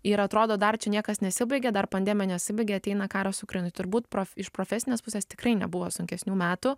ir atrodo dar čia niekas nesibaigė dar pandemija nesibaigė ateina karas ukrainoj turbūt prof iš profesinės pusės tikrai nebuvo sunkesnių metų